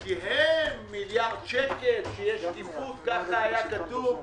כי הם מיליארד שקל, שתהיה שקיפות, כך היה כתוב.